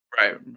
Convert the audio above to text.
Right